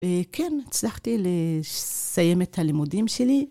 וכן הצלחתי לסיים את הלימודים שלי.